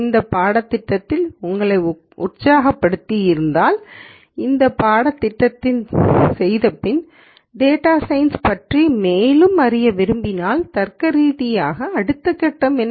இந்த பாடத்திட்டம் உங்களை உற்சாகப் படுத்தி இருந்தாள் இந்த பாடத்திட்டத்தை செய்தபின் டேட்டா சயின்ஸ் பற்றி மேலும் அறிய விரும்பினால் தர்க்கரீதியான அடுத்த கட்டம் என்ன